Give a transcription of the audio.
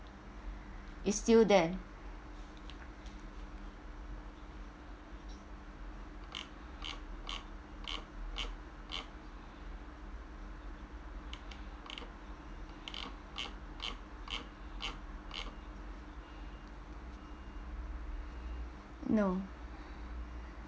it's still there no